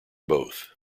both